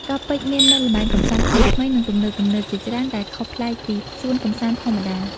កោះពេជ្រមាននូវល្បែងកម្សាន្តថ្មីៗ និងទំនើបៗជាច្រើនដែលខុសប្លែកពីសួនកម្សាន្តធម្មតា។